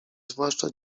zwłaszcza